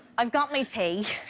i've got me tea.